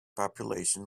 population